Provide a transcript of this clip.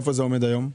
איפה זה עומד היום?